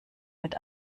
mit